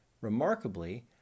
Remarkably